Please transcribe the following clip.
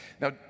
Now